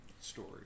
story